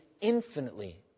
infinitely